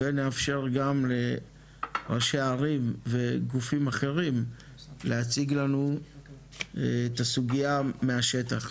ונאפשר גם לראשי הערים וגופים אחרים להציג לנו את הסוגיה מהשטח.